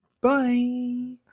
bye